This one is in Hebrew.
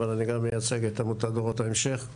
אבל אני מייצג גם את עמותת דורות ההמשך.